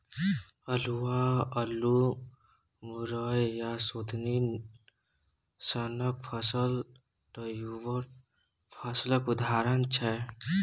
अल्हुआ, अल्लु, मुरय आ सुथनी सनक फसल ट्युबर फसलक उदाहरण छै